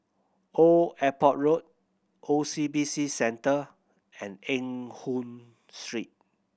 Old Airport Road O C B C Centre and Eng Hoon Street